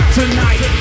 tonight